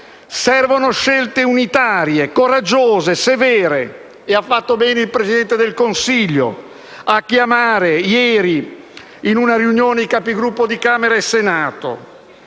Servono scelte unitarie, coraggiose, severe e ha fatto bene il Presidente del Consiglio a riunire ieri i Capigruppo di Camera e Senato.